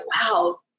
Wow